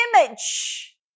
image